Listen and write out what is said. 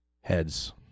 Heads